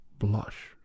blush